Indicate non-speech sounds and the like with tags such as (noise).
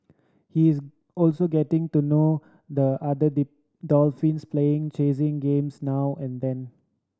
he is also getting to know the other (unintelligible) dolphins playing chasing games now and then